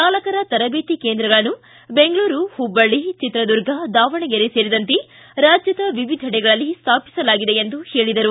ಚಾಲಕರ ತರಬೇತಿ ಕೇಂದ್ರಗಳನ್ನು ಬೆಂಗಳೂರು ಹುಬ್ಬಳ್ಳಿ ಚಿತ್ರದುರ್ಗ ದಾವಣಗೆರೆ ಸೇರಿದಂತೆ ರಾಜ್ದದ ವಿವಿಧೆಡೆಗಳಲ್ಲಿ ಸ್ಥಾಪಿಸಲಾಗಿದೆ ಎಂದು ಹೇಳದರು